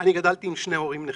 אני גדלתי עם שני הורים נכים.